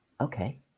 okay